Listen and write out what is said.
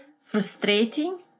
frustrating